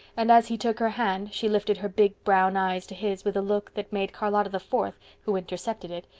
and as he took her hand she lifted her big brown eyes to his with a look that made charlotta the fourth, who intercepted it,